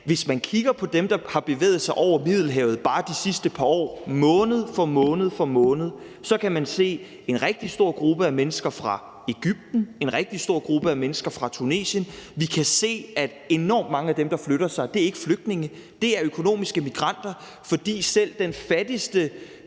hvis man kigger på dem, der har bevæget sig over Middelhavet bare de sidste par år, kan man måned for måned se, at det er en rigtig stor gruppe mennesker fra Egypten og en rigtig stor gruppe mennesker fra Tunesien, og vi kan se, at enormt mange af dem, der flytter sig, ikke er flygtninge; det er økonomiske migranter. For selv den fattigste